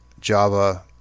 Java